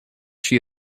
she